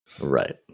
Right